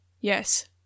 Yes